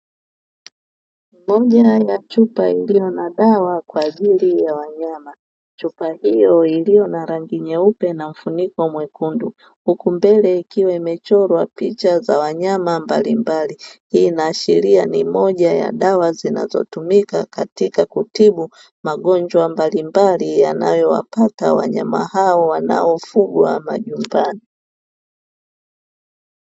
Moja ya chupa iliyo na dawa kwa ajili ya wanyama. Chupa hiyo iliyo na rangi nyeupe na mfuniko mwekundu, huku mbele ikiwa imechorwa picha za wanyama mbalimbali; hii inaashiria ni moja ya dawa zinazotumika katika kutibu magonjwa mbalimbali yanayowapata wanyama hao wanaofugwa majumbani.